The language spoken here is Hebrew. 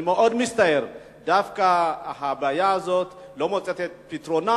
אני מאוד מצטער: דווקא הבעיה הזאת לא מוצאת את פתרונה.